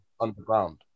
underground